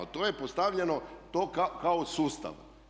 To je postavljeno kao sustav.